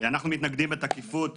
אנחנו מתנגדים בתקיפות